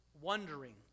wondering